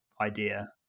idea